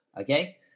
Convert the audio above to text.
okay